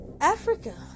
Africa